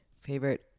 Favorite